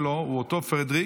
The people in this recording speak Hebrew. שסבא שלו הוא אותו פרדריק